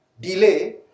delay